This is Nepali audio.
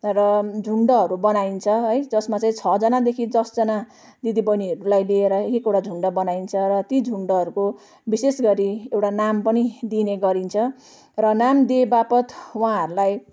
र झुण्डहरू बनाइन्छ र है जसमा चाहिँ छजनादेखि दसजना दिदीबहिनीहरूलाई लिएर एक एकवटा झुण्ड बनाइन्छ र ती झुण्डहरूको विशेष गरी एउटा नाम पनि दिने गरिन्छ र नाम दिएबापत् उहाँहरूलाई